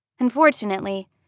Unfortunately